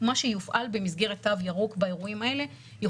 מה שיופעל במסגרת תו ירוק באירועים האלה,